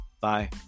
bye